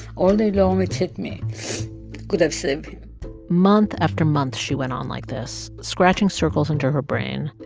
all day long it hit me could've saved month after month, she went on like this scratching circles into her brain,